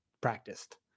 practiced